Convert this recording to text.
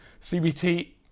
CBT